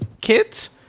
kids